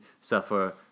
suffer